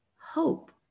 Hope